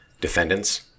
defendants